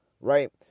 right